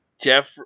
Jeff